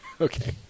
Okay